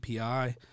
API